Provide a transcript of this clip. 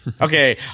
Okay